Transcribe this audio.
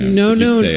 no, no. yeah